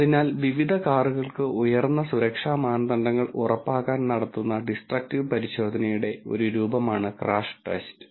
അതിനാൽ വിവിധ കാറുകൾക്ക് ഉയർന്ന സുരക്ഷാ മാനദണ്ഡങ്ങൾ ഉറപ്പാക്കാൻ നടത്തുന്ന ഡിസ്ട്രക്റ്റീവ് പരിശോധനയുടെ ഒരു രൂപമാണ് ക്രാഷ് ടെസ്റ്റ്